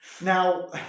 Now